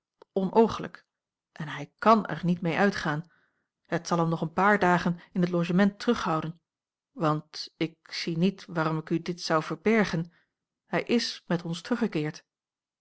onooglijk en hij kàn er niet mee uitgaan het zal hem nog een paar dagen in het logement terughouden want ik zie niet waarom ik u dit zou verbergen hij is met ons teruggekeerd